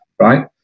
right